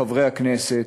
חברי הכנסת,